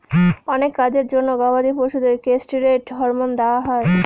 অনেক কাজের জন্য গবাদি পশুদের কেষ্টিরৈড হরমোন দেওয়া হয়